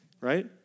Right